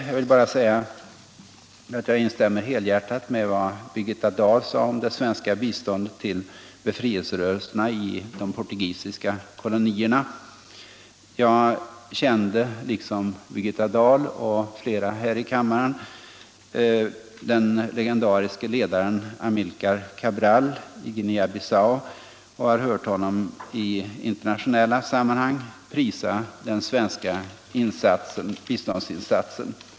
Jag vill bara säga att jag instämmer helhjärtat i vad Birgitta Dahl sade om det svenska biståndet till befrielserörelserna i de portugisiska kolonierna. Jag kände, liksom Birgittta Dahl och flera här i kammaren, den legendariske ledaren Amilcar Cabral i Guinea Bissau och har hört honom i internationella sammanhang prisa den svenska biståndsinsatsen.